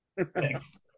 Thanks